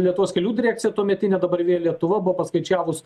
lietuvos kelių direkcija tuometinė dabar via lietuva buvo paskaičiavus